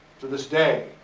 to this day.